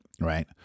right